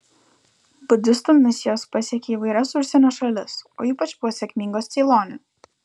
budistų misijos pasiekė įvairias užsienio šalis o ypač buvo sėkmingos ceilone